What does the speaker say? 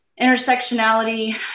intersectionality